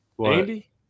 Andy